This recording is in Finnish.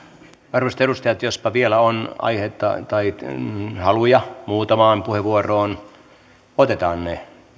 arvoisat edustajat jospa vielä on aihetta tai haluja muutamaan puheenvuoroon otetaan ne